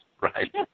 Right